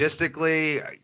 logistically